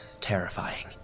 terrifying